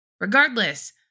regardless